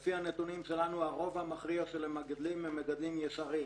לפי הנתונים שלנו הרוב המכריע של המגדלים הם ישרים,